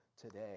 today